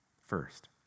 first